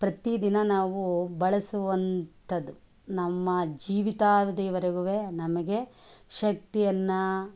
ಪ್ರತಿದಿನ ನಾವು ಬಳಸುವಂಥದ್ದು ನಮ್ಮ ಜೀವಿತಾವಧಿಯವರೆಗು ನಮಗೆ ಶಕ್ತಿಯನ್ನು